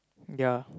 yeah